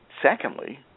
Secondly